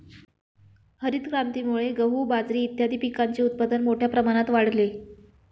हरितक्रांतीमुळे गहू, बाजरी इत्यादीं पिकांचे उत्पादन मोठ्या प्रमाणात वाढले